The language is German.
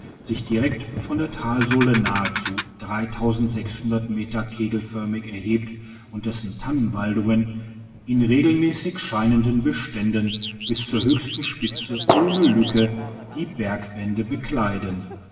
sich direkt von der thalsohle nahezu meter kegelförmig erhebt und dessen tannenwaldungen in regelmässig scheinenden beständen bis zur höchsten spitze ohne lücke die bergwände bekleiden